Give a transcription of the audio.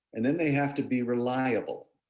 and then they have to be reliable.